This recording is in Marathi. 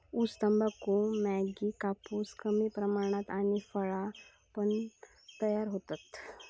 ऊस, तंबाखू, मॅगी, कापूस कमी प्रमाणात आणि फळा पण तयार होतत